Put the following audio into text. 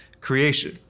creation